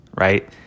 right